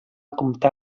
comptar